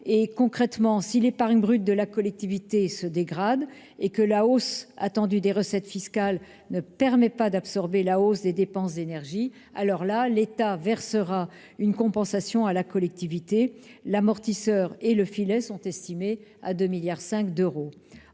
Concrètement, si l'épargne brute de la collectivité se dégrade et si la hausse attendue des recettes fiscales ne permet pas d'absorber la hausse des dépenses d'énergies, l'État versera une compensation à la collectivité. Le coût combiné de l'amortisseur et du filet est estimé à 2,5 milliards d'euros.